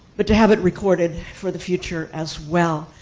but to have it recorded for the future as well.